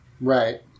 Right